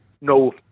no